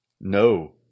no